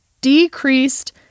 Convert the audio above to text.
decreased